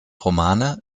romane